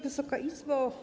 Wysoka Izbo!